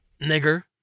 nigger